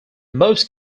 most